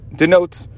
denotes